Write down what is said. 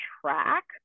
track